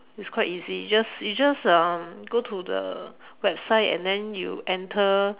it's quite easy you just you just um go to the website and then you enter